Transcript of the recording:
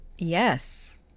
Yes